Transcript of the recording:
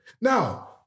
Now